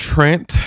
Trent